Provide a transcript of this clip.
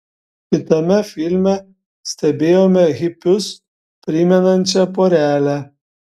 kitame filme stebėjome hipius primenančią porelę